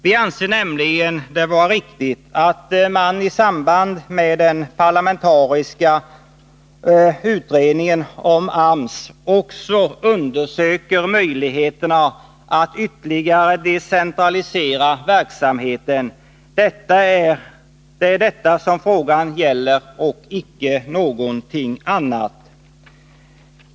Vi anser det nämligen vara riktigt att man i samband med den parlamentariska utredningen om AMS också undersöker möjligheterna att ytterligare decentralisera verksamheten. Det är detta frågan gäller och icke någonting annat.